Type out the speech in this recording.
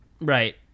Right